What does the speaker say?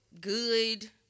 good